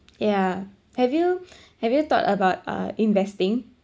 yeah have you have you thought about uh investing